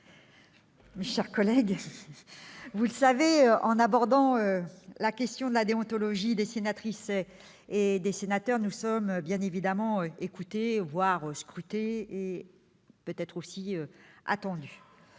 mes chers collègues, abordant la question de la déontologie des sénatrices et des sénateurs, nous sommes évidemment écoutés, voire scrutés, peut-être aussi attendus.